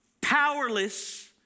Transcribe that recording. powerless